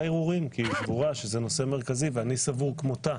ערעורים כי היא סבורה שזה נושא מרכזי ואני סבור כמותה.